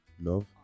love